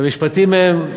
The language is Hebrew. המשפטים הם: